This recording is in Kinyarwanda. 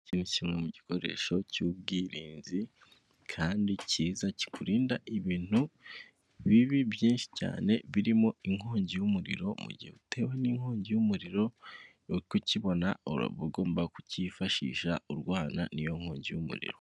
Iki ni kimwe mu gikoresho cy'ubwirinzi kandi cyiza kikurinda ibintu bibi byinshi cyane birimo inkongi y'umuriro. Mu gihe utewe n'inkongi y'umuriro uri kukibona ugomba kukifashisha urwana n'iyo nkongi y'umuriro.